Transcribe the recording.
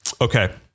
Okay